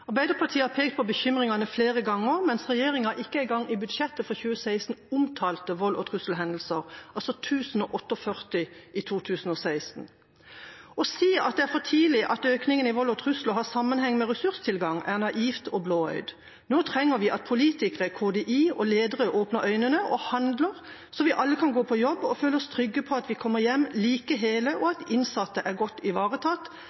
Arbeiderpartiet har pekt på bekymringene flere ganger, mens regjeringa ikke engang i budsjettet for 2016 omtalte volds- og trusselhendelser – altså 1 048 i 2016. «Å si at det er for tidlig å si at økningene i vold og trusler har sammenheng med ressurstilgang, er naivt og blåøyd. Nå trenger vi at politikere, KDI og ledere åpner øynene og handler så vi alle kan gå på jobb og føle oss trygge på at vi kommer hjem like hele og at innsatte er godt ivaretatt!»